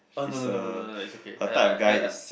oh no no no no is okay I